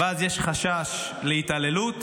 ואז יש חשש להתעללות,